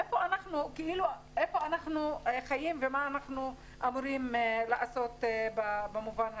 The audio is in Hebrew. איפה אנחנו חיים ומה אנחנו אמורים לעשות במובן הזה?